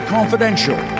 Confidential